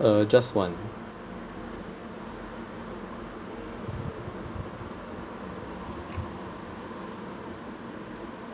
uh just one